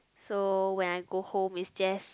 so when I go home is just